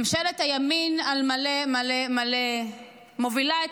ממשלת הימין על מלא מלא מלא מובילה את